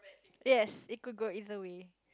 yes it could go either way